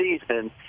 season